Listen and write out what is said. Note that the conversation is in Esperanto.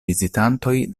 vizitantoj